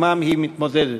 שעמם היא מתמודדת.